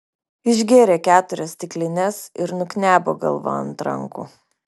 išgėrė keturias stiklines ir nuknebo galva ant rankų